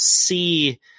see